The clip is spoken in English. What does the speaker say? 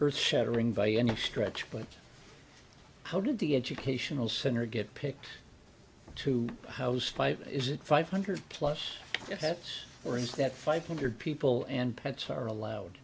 h shattering by any stretch but how did the educational center get picked to house fight is it five hundred plus hats or is that five hundred people and pets are allowed